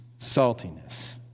saltiness